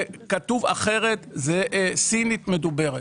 זה כתוב אחרת, זה סינית מדוברת.